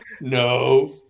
No